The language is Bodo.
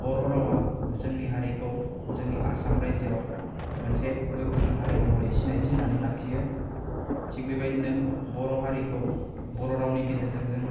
बर' रावा जोंनि हारिखौ जोंनि आसाम रायजोआव मोनसे गोख्रों हारि महरै सिनायथि होनानै लाखियो थिक बेबायदिनो बर' हारिखौ बर' रावनि गेजेरजों जों